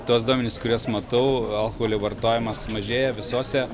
tuos duomenis kuriuos matau alkoholio vartojimas mažėja visose